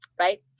right